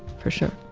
for sure